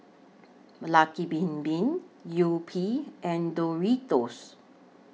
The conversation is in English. Lucky Bin Bin Yupi and Doritos